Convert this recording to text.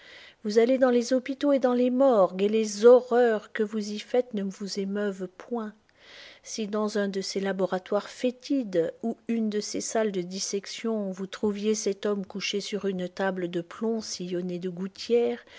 vous allez dans les hôpitaux et dans les morgues et les horreurs que vous y faites ne vous émeuvent point si dans un de ces laboratoires fétides ou une de ces salles de dissection vous trouviez cet homme couché sur une table de plomb sillonnée de gouttières